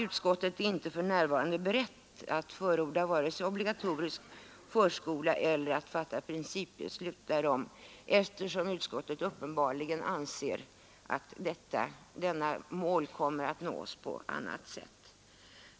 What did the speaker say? Utskottet är för närvarande inte berett att förorda obligatorisk förskola eller fatta principbeslut därom, eftersom utskottet uppenbarligen anser att detta mål kommer att nås på annat sätt.